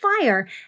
fire